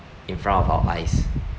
in front of our eyes